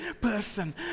person